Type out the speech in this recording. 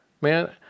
man